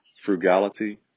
frugality